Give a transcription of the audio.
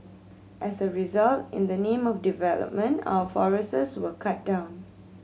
as a result in the name of development our forests were cut down